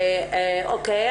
'אוקיי,